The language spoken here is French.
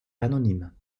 anonyme